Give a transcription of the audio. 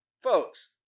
folks